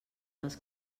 dels